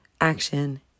action